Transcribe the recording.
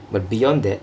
but beyond that